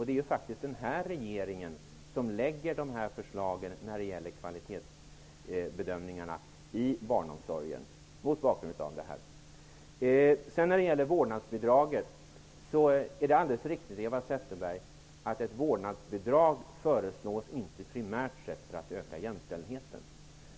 Det är faktiskt denna regering som har lagt fram förslagen om kvalitetsbedömningar i barnomsorgen. Vidare har vi frågan om vårdnadsbidraget. Det är alldeles riktigt, Eva Zetterberg, att vårdnadsbidraget inte primärt sett föreslås för att öka jämställdheten.